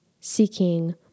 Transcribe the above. seeking